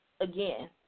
again